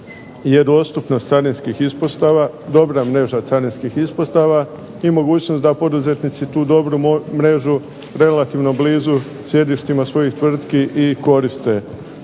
je dostupnost carinskih ispostava, dobra mreža carinskih ispostava, i mogućnost da poduzetnici tu dobru mrežu relativno blizu sjedištima svojih tvrtki i koriste.